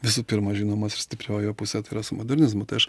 visų pirma žinomas ir stiprioji jo pusė tai yra su modernizmu tai aš